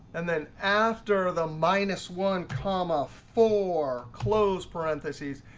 and then after the minus one comma four close parentheses,